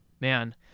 Man